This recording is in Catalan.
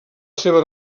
seva